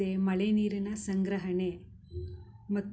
ಮಳೆ ನೀರಿನ ಸಂಗ್ರಹಣೆ ಮತ್ತು